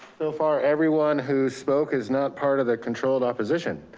so far, everyone who's spoke is not part of the controlled opposition.